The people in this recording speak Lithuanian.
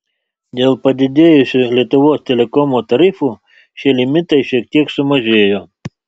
dėl padidėjusių lietuvos telekomo tarifų šie limitai šiek tiek sumažėjo